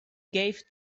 gave